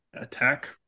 attack